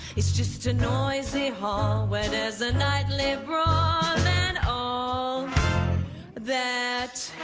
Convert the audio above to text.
it's just a noisy hall where there's a nightly brawl and all that